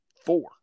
four